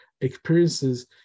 experiences